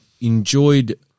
enjoyed